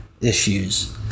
issues